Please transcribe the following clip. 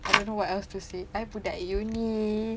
I don't know what else to say I budak uni